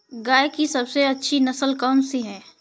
गाय की सबसे अच्छी नस्ल कौनसी है?